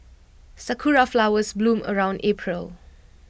Sakura Flowers bloom around April